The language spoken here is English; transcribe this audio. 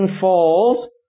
falls